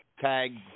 tag